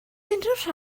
unrhyw